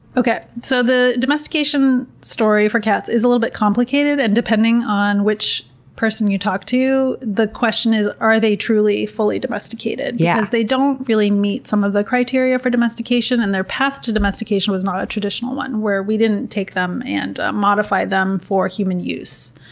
okay. so the domestication story for cats is a little bit complicated, and depending on which person you talk to you, the question is, are they truly, fully domesticated? because yeah they don't really meet some of the criteria for domestication, and their path to domestication was not a traditional one where we didn't take them and modify them for human use.